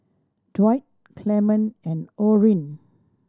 Dwight Clement and Orene